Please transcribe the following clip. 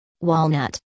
Walnut